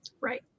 Right